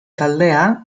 taldea